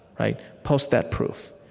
right? post that proof.